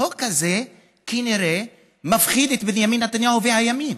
החוק הזה כנראה מפחיד את בנימין נתניהו והימין,